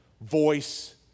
voice